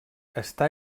està